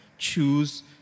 Choose